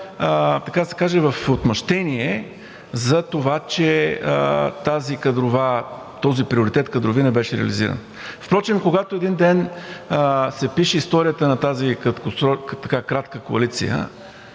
така да се каже, в отмъщение за това, че този кадрови приоритет не беше реализиран. Впрочем, когато един ден се пише историята на тази кратка коалиция,